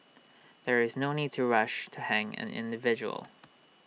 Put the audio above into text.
there is no need to rush to hang an individual